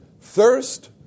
thirst